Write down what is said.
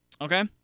Okay